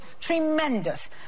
tremendous